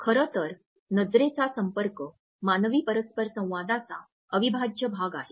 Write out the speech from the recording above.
खरं तर नजरेचा संपर्क मानवी परस्परसंवादाचा अविभाज्य भाग आहे